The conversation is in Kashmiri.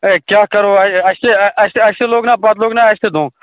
ہے کیٛاہ کَرَو اَسہِ اَسہِ چھِ اَسہِ اَسہِ لوٚگ نا پتہٕ لوٚگ نا اَسہِ تہِ دھونکہٕ